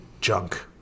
junk